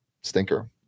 stinker